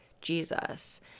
Jesus